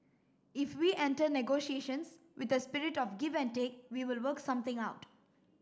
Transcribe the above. if we enter negotiations with a spirit of give and take we will work something out